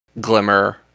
Glimmer